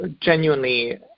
genuinely